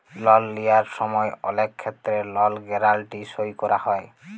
লল লিয়ার সময় অলেক ক্ষেত্রে লল গ্যারাল্টি সই ক্যরা হ্যয়